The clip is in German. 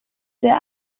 der